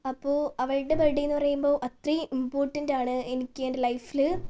അപ്പോൾ അവളുടെ ബർത്ത്ഡേയെന്നു പറയുമ്പോൾ അത്രയും ഇമ്പോർട്ടൻ്റാണ് എനിക്ക് എൻ്റെ ലൈഫിൽ